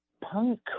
punk